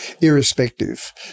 irrespective